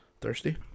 Thirsty